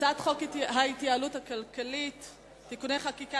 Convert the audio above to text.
הצעת חוק ההתייעלות הכלכלית (תיקוני חקיקה